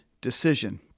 decision